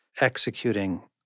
executing